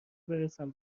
برسم